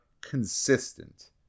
consistent